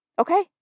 Okay